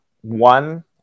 one